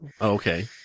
Okay